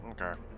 Okay